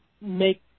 make